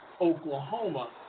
Oklahoma